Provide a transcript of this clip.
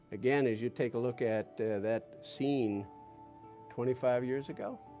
again, as you take a look at that scene twenty five years ago